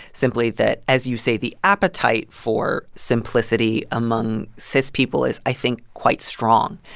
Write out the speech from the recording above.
simply that, as you say, the appetite for simplicity among cis people is, i think, quite strong.